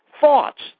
thoughts